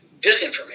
disinformation